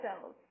cells